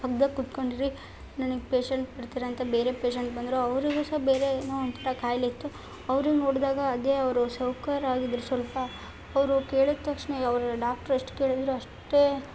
ಪಕ್ದಲ್ಲಿ ಕೂತುಕೊಂಡಿರಿ ನನಿಗೆ ಪೇಷೆಂಟ್ ಬರ್ತಾರೆಂತ ಬೇರೆ ಪೇಷೆಂಟ್ ಬಂದರೆ ಅವ್ರಿಗು ಸಹ ಬೇರೆ ಏನೋ ಒಂದು ಕಾಯಿಲೆ ಇತ್ತು ಅವ್ರನ್ನು ನೋಡಿದಾಗ ಅದೇ ಅವರು ಸೌಕಾರಾಗಿದ್ರು ಸ್ವಲ್ಪ ಅವರು ಕೇಳಿದ ತಕ್ಷಣ ಯ ಅವರು ಡಾಕ್ಟ್ರ್ ಎಷ್ಟು ಕೇಳಿದ್ರು ಅಷ್ಟೆ